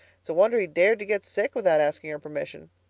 it's a wonder he dared to get sick without asking her permission.